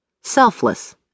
Selfless